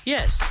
Yes